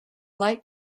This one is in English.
light